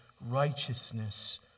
righteousness